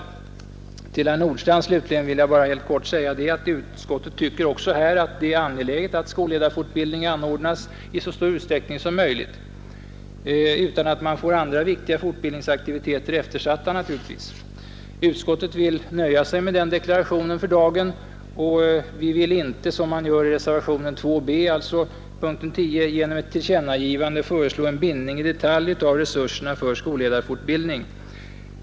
Lärares fortbildning m.m. Till herr Nordstrandh vill jag helt kort säga att utskottet också tycker att skolledarfortbildning bör anordnas i så stor utsträckning som möjligt, utan att man får andra viktiga fortbildningsaktiviteter eftersatta. Utskottet vill dock nöja sig med den deklarationen för dagen och vill inte som man gör i reservationen 2 b genom ett tillkännagivande föreslå en bindning i detalj av resurserna för skolledarfortbildning.